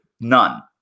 None